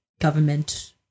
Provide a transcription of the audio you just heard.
government